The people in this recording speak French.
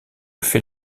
fais